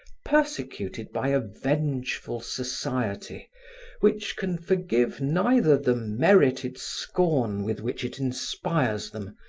persecuted by a vengeful society which can forgive neither the merited scorn with which it inspires them,